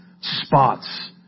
spots